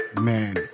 man